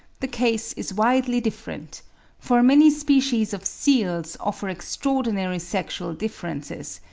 the case is widely different for many species of seals offer extraordinary sexual differences,